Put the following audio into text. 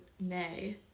nay